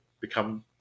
become